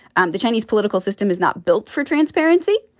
um the chinese political system is not built for transparency.